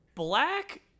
Black